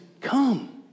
come